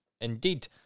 indeed